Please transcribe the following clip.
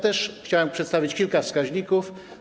Też chciałbym przedstawić kilka wskaźników.